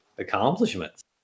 accomplishments